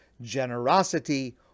generosity